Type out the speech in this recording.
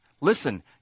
Listen